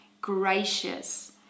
gracious